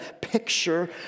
picture